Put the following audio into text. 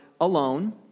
alone